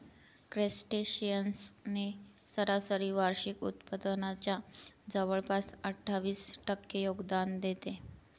crustaceans ने सरासरी वार्षिक उत्पादनाच्या जवळपास अठ्ठावीस टक्के योगदान देते